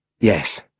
Yes